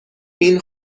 این